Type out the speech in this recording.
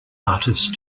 artist